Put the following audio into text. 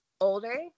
older